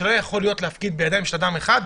שלא יכול להיות להפקיד בידיים של אדם אחד,